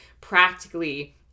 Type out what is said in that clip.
practically